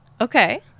Okay